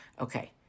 Okay